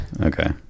Okay